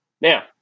Now